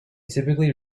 typically